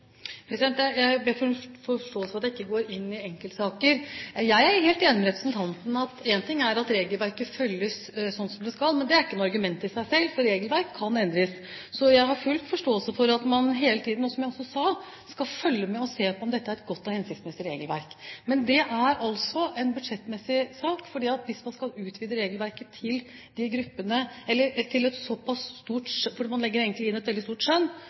jeg ikke går inn i enkeltsaker. Jeg er helt enig med representanten i at en ting er at regelverket følges sånn som det skal, men det er ikke noe argument i seg selv, for regelverk kan endres. Så jeg har full forståelse for at man hele tiden skal følge med på om dette er et godt og hensiktsmessig regelverk. Men det er altså en budsjettmessig sak, for hvis man skal utvide regelverket – man legger inn et veldig stort